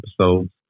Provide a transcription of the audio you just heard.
episodes